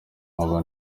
nkaba